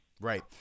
Right